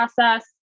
process